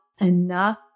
enough